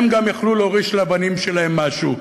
גם הם יוכלו להוריש לבנים שלהם משהו.